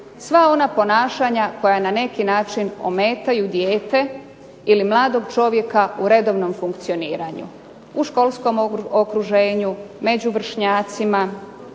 sva ona ponašanja koja na neki način ometaju dijete i mladog čovjeka u redovnom funkcioniranju. U školskom okruženju, među vršnjacima